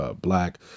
black